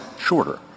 shorter